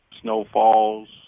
snowfalls